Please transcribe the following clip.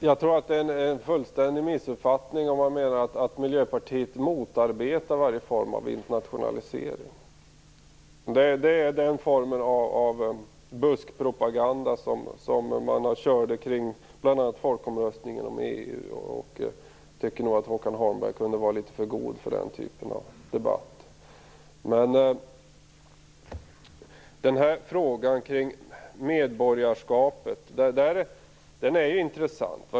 Herr talman! Jag tror att det är en fullständig missuppfattning om man menar att Miljöpartiet motarbetar varje form av internationalisering. Det är den form av buskpropaganda som man bedrev bl.a. inför folkomröstningen om EU, och jag tycker att Håkan Holmberg kunde hålla sig för god för den typen av debatt. Frågan om medborgarskapet är intressant.